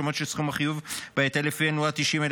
שומות שסכום החיוב בהיטל לפיהן הוא עד 90,000,